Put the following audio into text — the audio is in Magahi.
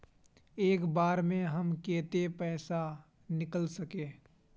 एक बार में हम केते पैसा निकल सके?